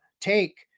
take